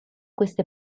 queste